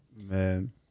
Man